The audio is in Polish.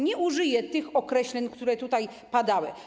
Nie użyję tych określeń, które tutaj padały.